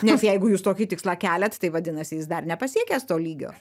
nes jeigu jūs tokį tikslą keliat tai vadinasi jis dar nepasiekęs to lygio